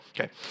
Okay